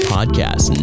Podcast